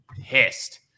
pissed